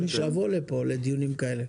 שיבוא לכאן לדיונים כאלה.